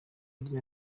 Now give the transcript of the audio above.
rya